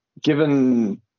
given